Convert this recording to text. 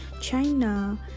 China